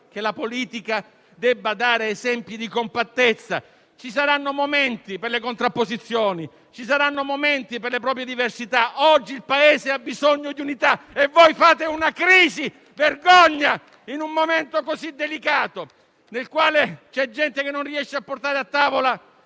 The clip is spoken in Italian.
che la politica debba dare esempio di compattezza. Ci saranno momenti per le contrapposizioni, ci saranno momenti per le proprie diversità; oggi il Paese ha bisogno di unità e voi fate una crisi - vergogna! - in un momento così delicato, nel quale c'è gente che non riesce a portare a tavola